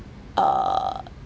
uh